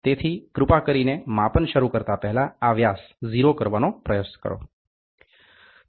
તેથી કૃપા કરીને માપન શરૂ કરતા પહેલાં આ 0 વ્યાસ કરવાનો પ્રયાસ કરો